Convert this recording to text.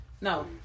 No